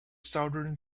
southern